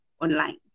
online